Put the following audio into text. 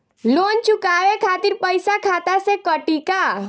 Loan चुकावे खातिर पईसा खाता से कटी का?